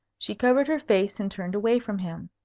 she covered her face and turned away from him.